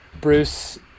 Bruce